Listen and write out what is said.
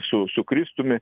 su su kristumi